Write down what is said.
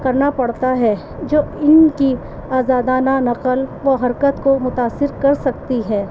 کرنا پڑتا ہے جو ان کی آزادانہ نقل و حرکت کو متاثر کر سکتی ہے